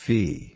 Fee